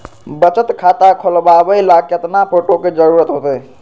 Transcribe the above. बचत खाता खोलबाबे ला केतना फोटो के जरूरत होतई?